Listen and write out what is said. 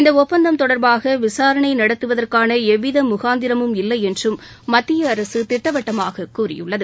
இந்த ஒப்பந்தம் தொடர்பாக விசாரணை நடத்துவதற்கான எவ்வித முகாந்திரமும் இல்லை என்றும் மத்திய அரசு திட்டவட்டமாக கூறியுள்ளது